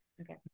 Okay